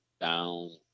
down